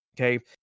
Okay